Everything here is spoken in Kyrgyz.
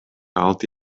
алты